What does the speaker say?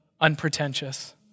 unpretentious